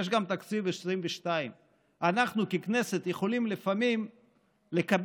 יש גם תקציב 2022. אנחנו ככנסת יכולים לפעמים לקבל